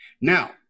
Now